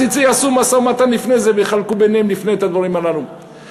אז יעשו משא-ומתן לפני זה ויחלקו ביניהם את הדברים הללו לפני זה.